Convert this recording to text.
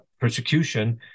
persecution